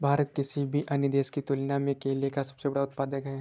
भारत किसी भी अन्य देश की तुलना में केले का सबसे बड़ा उत्पादक है